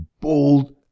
bold